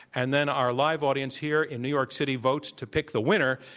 and then our live audience here in new york city votes to pick the winner.